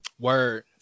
Word